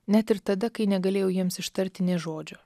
net ir tada kai negalėjau jiems ištarti nė žodžio